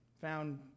Found